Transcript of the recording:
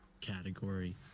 category